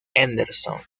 henderson